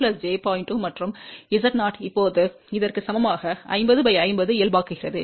2 மற்றும் Z0 இப்போது இதற்கு சமமாக 5050 இயல்பாக்குகிறது